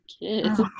kids